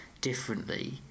differently